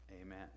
Amen